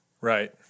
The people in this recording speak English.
right